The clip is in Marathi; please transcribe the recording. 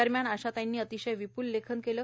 दरम्यान आशाताईनी अतिशय विपूल लेखन केले